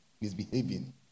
misbehaving